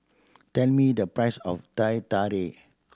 tell me the price of Teh Tarik